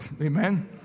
Amen